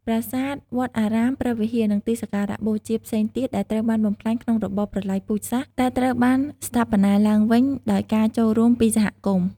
ប្រាសាទ វត្តអារាម ព្រះវិហារ និងទីសក្ការៈបូជាផ្សេងទៀតដែលត្រូវបានបំផ្លាញក្នុងរបបប្រល័យពូជសាសន៍ តែត្រូវបានស្ថាបនាឡើងវិញដោយការចូលរួមពីសហគមន៍។